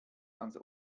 ans